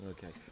Okay